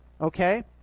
Okay